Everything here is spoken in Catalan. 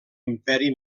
imperi